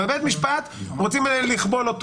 אבל את בית המשפט רוצים לכבול,